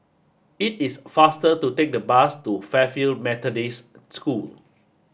it is faster to take the bus to Fairfield Methodist School